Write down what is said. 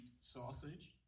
sausage